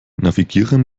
navigiere